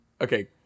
Okay